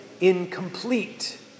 incomplete